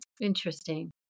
Interesting